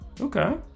Okay